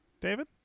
David